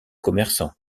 commerçant